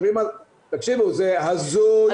זה הזוי.